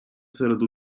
серед